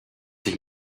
sich